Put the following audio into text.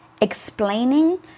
explaining